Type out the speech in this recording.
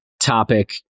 topic